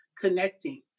connecting